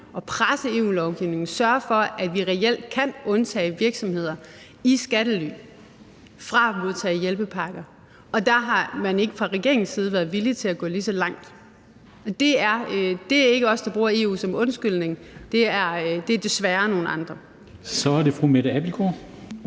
og presse EU-lovgivningen og sørge for, at vi reelt kan undtage virksomheder i skattely fra at modtage hjælpepakker. Og der har man ikke fra regeringens side været villig til at gå lige så langt. Det er ikke os, der bruger EU som en undskyldning – det er desværre nogle andre. Kl. 16:03 Formanden (Henrik